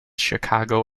chicago